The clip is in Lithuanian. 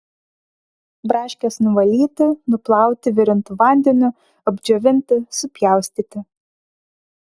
braškes nuvalyti nuplauti virintu vandeniu apdžiovinti supjaustyti